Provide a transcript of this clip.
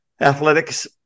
Athletics